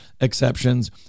exceptions